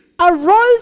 Arose